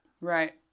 Right